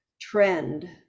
trend